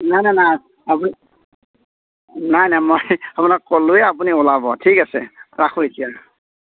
নাই নাই নাই আপুনি নাই নাই মই আপোনাক ক'লোয়েই আপুনি ওলাব ঠিক আছে ৰাখো এতিয়া